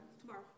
tomorrow